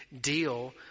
deal